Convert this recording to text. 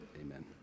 amen